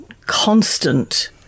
constant